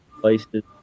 places